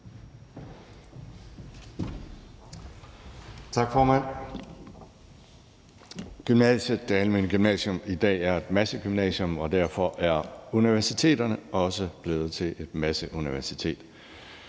Tak, formand. Det almene gymnasium i dag er et massegymnasium, og derfor er universitetet også blevet til et masseuniversitet.